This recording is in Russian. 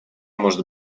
может